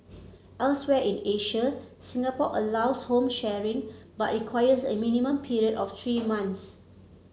elsewhere in Asia Singapore allows home sharing but requires a minimum period of three months